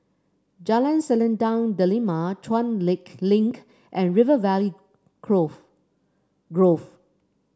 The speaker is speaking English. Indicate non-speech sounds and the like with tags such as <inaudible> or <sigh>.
Jalan Selendang Delima Chuan Lake Link and River Valley <unintelligible> Grove